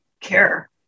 care